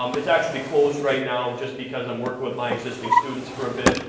um it's actually closed right now just because i'm working with my existing students for a bit,